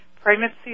pregnancy